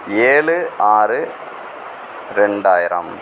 ஏழு ஆறு ரெண்டாயிரம்